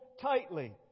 tightly